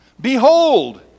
behold